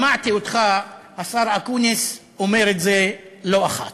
שמעתי אותך, השר אקוניס, אומר את זה לא אחת,